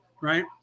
Right